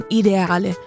ideale